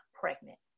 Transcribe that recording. pregnant